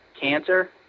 cancer